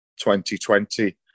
2020